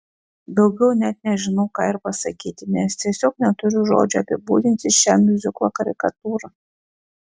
daugiau net nežinau ką ir pasakyti nes tiesiog neturiu žodžių apibūdinti šią miuziklo karikatūrą